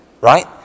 right